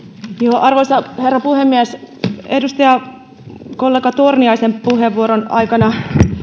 arvoisa herra puhemies edustajakollega torniaisen puheenvuoron aikana